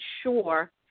sure